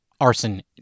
Arson